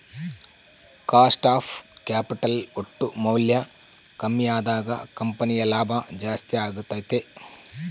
cost of capital ಒಟ್ಟು ಮೌಲ್ಯ ಕಮ್ಮಿ ಅದಾಗ ಕಂಪನಿಯ ಲಾಭ ಜಾಸ್ತಿ ಅಗತ್ಯೆತೆ